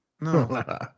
No